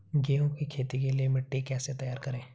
गेहूँ की खेती के लिए मिट्टी कैसे तैयार करें?